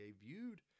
viewed